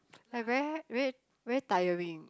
like very very very tiring